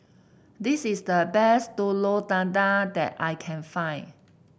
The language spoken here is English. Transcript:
this is the best Telur Dadah that I can find